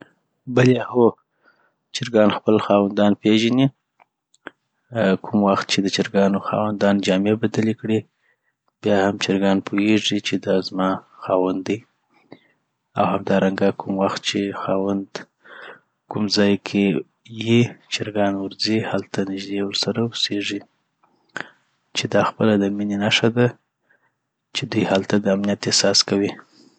بلی هو چرګان خپل خاوندان پیژني آ کوم وخت چي دچرګانو خاوندان جامې بدلي کړي بیا هم چرګان پوهیږی چی دا زما خاوند دي او همدارنګه کوم وخت چي خاوند کوم ځاي کی یی چرګان ورځي هلته نژدی ورسره اوسیږي چی دا خپله دميني نښه ده چي دوي هلته د امنیت احساس کیی